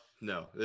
no